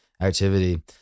activity